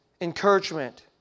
encouragement